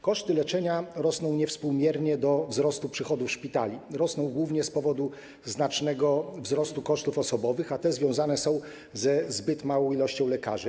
Koszty leczenia rosną niewspółmiernie do wzrostu przychodów szpitali, rosną głównie z powodu znacznego wzrostu kosztów osobowych, a te związane są ze zbyt małą liczbą lekarzy.